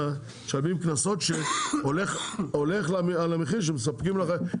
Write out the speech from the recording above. משלמים קנסות שהולך על המחיר שמספקים לחקלאים,